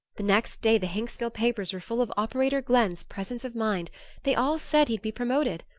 the next day the hinksville papers were full of operator glenn's presence of mind they all said he'd be promoted.